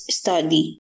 study